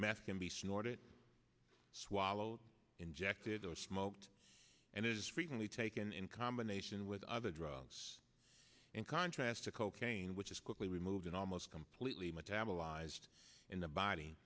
can be snorted swallowed injected or smoked and it is frequently taken in combination with other drugs in contrast to cocaine which is quickly removed and almost completely metabolized in the body